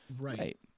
Right